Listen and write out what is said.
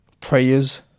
Prayers